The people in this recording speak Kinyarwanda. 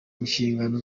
inshingano